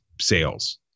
sales